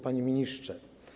Panie Ministrze!